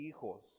hijos